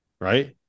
Right